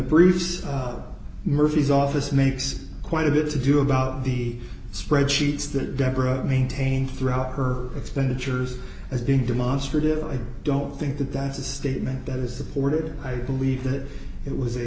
briefs murphy's office makes quite a bit to do about the spread sheets that deborah maintained throughout her expenditures as being demonstrative i don't think that that's a statement that is supported i believe that it was a